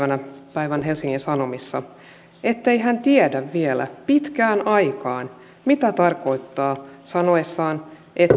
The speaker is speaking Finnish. päivän helsingin sanomissa ettei hän tiedä vielä pitkään aikaan mitä tarkoittaa sanoessaan että